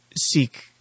seek